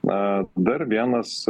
na dar vienas